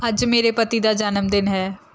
ਅੱਜ ਮੇਰੇ ਪਤੀ ਦਾ ਜਨਮ ਦਿਨ ਹੈ